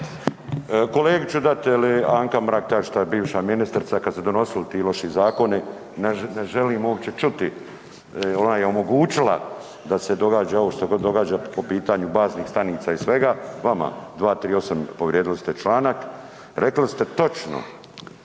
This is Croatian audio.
Kolegi ću dat jel Anka Mrak Taritaš bivša ministrica kada su se donosili ti loši zakoni, ne želim uopće čuti jel ona je omogućila da se događa ovo što se događa po pitanju baznih stanica i svega. Vama, 238. povrijedili ste članak, rekli ste točno,